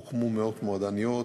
הוקמו מאות מועדוניות,